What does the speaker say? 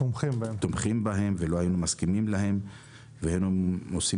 תומכים בהם ולא היינו מסכימים להם והיינו עושים